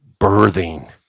birthing